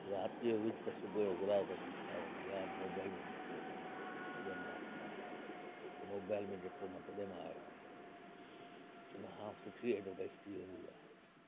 राति जो विझ त सुबुह जो ग्राहक बीठी हुंदई यार मोबाइल में ॾिठो हो मां त तॾहिं मां वठण आयो आहियां मोबाइल में ॾिठो मां तॾहिं मां आयो आहियां इनखां सुठी एडवर्टाइज थी वेंदी आहे